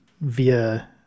via